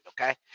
okay